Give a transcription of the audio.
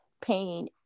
pain